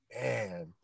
Man